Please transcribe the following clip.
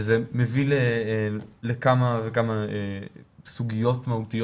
וזה מביא לכמה וכמה סוגיות מהותיות